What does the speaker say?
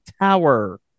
Tower